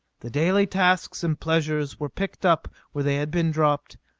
the daily tasks and pleasures were picked up where they had been dropped.